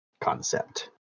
concept